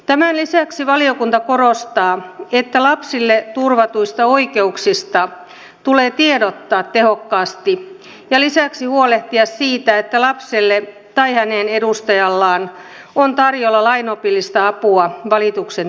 tämän lisäksi valiokunta korostaa että lapsille turvatuista oikeuksista tulee tiedottaa tehokkaasti ja lisäksi huolehtia siitä että lapselle tai hänen edustajalleen on tarjolla lainopillista apua valituksen tekemiseen